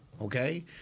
okay